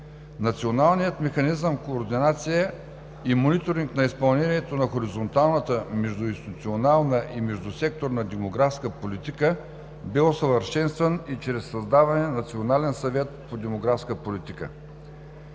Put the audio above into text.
Националният механизъм за координация и мониторинг на изпълнението на хоризонталната междуинституционална и междусекторна демографска политика бе усъвършенстван и чрез създаване на Национален съвет по демографска политика.